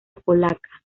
polaca